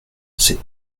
c’est